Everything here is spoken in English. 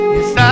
Yes